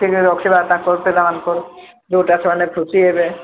ଟିକେ ରଖିବା ତାଙ୍କର ପିଲାମାନଙ୍କର ଯୋଉଟା ସେମାନେ ଖୁସି ହେବେ